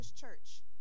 Church